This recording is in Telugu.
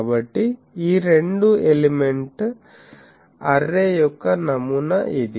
కాబట్టి ఈ రెండు ఎలిమెంట్ అర్రే యొక్క నమూనా ఇది